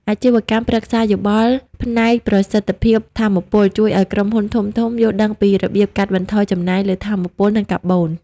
អាជីវកម្មប្រឹក្សាយោបល់ផ្នែកប្រសិទ្ធភាពថាមពល ជួយឱ្យក្រុមហ៊ុនធំៗយល់ដឹងពីរបៀបកាត់បន្ថយចំណាយលើថាមពល និងកាបូន។